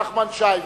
חבר הכנסת נחמן שי,